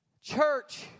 Church